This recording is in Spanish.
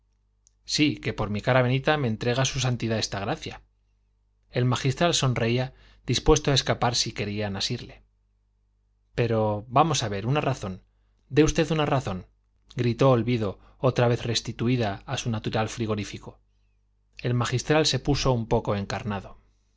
sí que por mi cara bonita me entrega su santidad esta gracia el magistral sonreía dispuesto a escapar si querían asirle pero vamos a ver una razón dé usted una razón gritó olvido otra vez restituida a su natural frigorífico el magistral se puso un poco encarnado